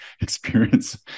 experience